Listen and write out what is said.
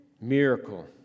Miracle